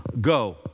go